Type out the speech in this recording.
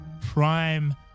prime